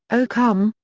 o come,